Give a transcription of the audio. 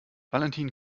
valentin